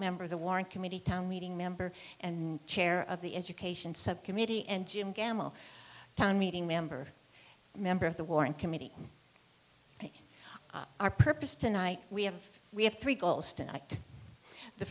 member of the warren committee town meeting member and chair of the education subcommittee and jim gamble town meeting member member of the warrant committee our purpose tonight we have we have three